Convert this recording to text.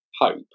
hope